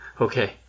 Okay